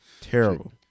Terrible